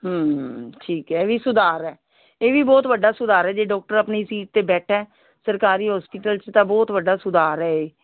ਠੀਕ ਹੈ ਇਹ ਵੀ ਸੁਧਾਰ ਹੈ ਇਹ ਵੀ ਬਹੁਤ ਵੱਡਾ ਸੁਧਾਰ ਹੈ ਜੇ ਡੋਕਟਰ ਆਪਣੀ ਸੀਟ 'ਤੇ ਬੈਠਾ ਸਰਕਾਰੀ ਹੋਸਪੀਟਲ 'ਚ ਤਾਂ ਬਹੁਤ ਵੱਡਾ ਸੁਧਾਰ ਹੈ ਇਹ